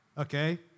okay